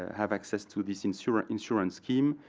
have access to this insurance insurance scheme.